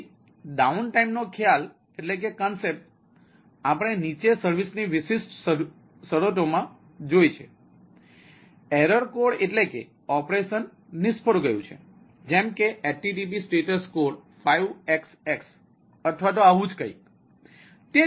તેથી ડાઉનટાઇમનો ખ્યાલ એટલે કે ઓપરેશન નિષ્ફળ ગયું છે જેમ કે http સ્ટેટસ કોડ 5xx અથવા આવું જ કંઈક